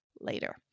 later